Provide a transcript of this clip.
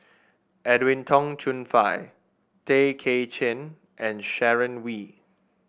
Edwin Tong Chun Fai Tay Kay Chin and Sharon Wee